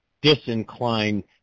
disinclined